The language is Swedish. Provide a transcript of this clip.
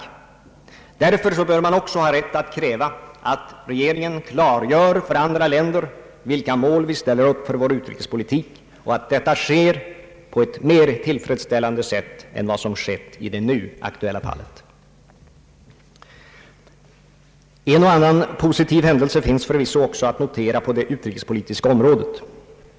Därför bör man också ha rätt att kräva att regeringen klargör för andra länder vilka mål vi ställer för vår utrikespolitik och att detta sker på ett mer tillfredsställande sätt än vad som skett i det nu aktuella fallet. En och annan positiv händelse finns också att notera på det utrikespolitiska området.